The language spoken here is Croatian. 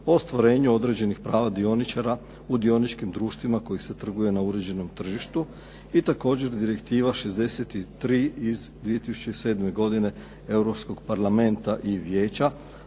o ostvarenju određenih prava dioničara u dioničkim društvima kojih se trguje na uređenom tržištu. I također Direktiva 63 iz 2007. godine Europskog parlamenta i Vijeća,